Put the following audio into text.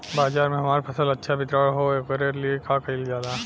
बाजार में हमार फसल अच्छा वितरण हो ओकर लिए का कइलजाला?